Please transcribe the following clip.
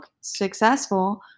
successful